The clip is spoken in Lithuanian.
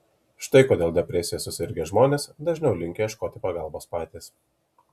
štai kodėl depresija susirgę žmonės dažniau linkę ieškoti pagalbos patys